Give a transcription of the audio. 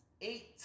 eight